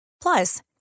Plus